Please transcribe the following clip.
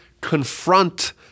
confront